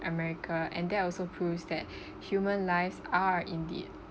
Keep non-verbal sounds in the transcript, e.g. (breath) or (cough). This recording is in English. america and that also proves that (breath) human lives are indeed